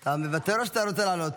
אתה מוותר או שאתה רוצה לעלות?